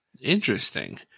Interesting